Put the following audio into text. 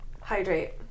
Hydrate